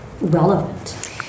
relevant